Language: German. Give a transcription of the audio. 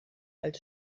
als